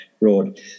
Road